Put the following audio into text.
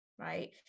Right